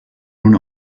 una